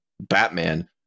Batman